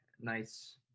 nice